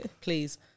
please